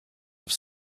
have